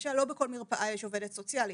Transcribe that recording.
למשל לא בכל מרפאה ישנה עובדת סוציאלית.